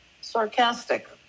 sarcastic